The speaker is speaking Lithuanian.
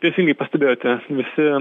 teisingai pastebėjote visi